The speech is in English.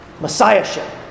Messiahship